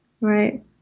right